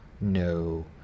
No